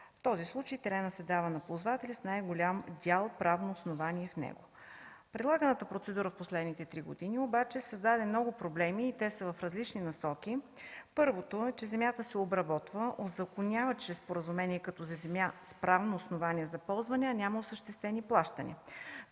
В този случай теренът се дава на ползвател с най-голям дял правно основание в него. Прилаганата процедура в последните три години обаче създаде много проблеми и те са в различни насоки. Първото е, че земята се обработва, узаконява чрез споразумение, като за земя с правно основание за ползване, а няма осъществени плащания.